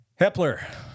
Hepler